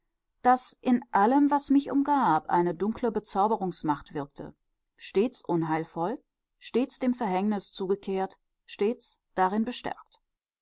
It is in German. daß in allem was mich umgab eine dunkle bezauberungsmacht wirkte stets unheilvoll stets dem verhängnis zugekehrt stets darin bestärkt